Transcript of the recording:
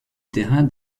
terrain